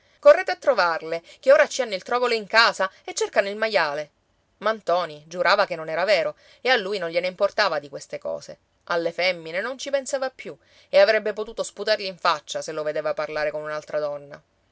correte a trovarle che ora ci hanno il truogolo in casa e cercano il maiale ma ntoni giurava che non era vero e a lui non gliene importava di queste cose alle femmine non ci pensava più e avrebbe potuto sputargli in faccia se lo vedeva parlare con un'altra donna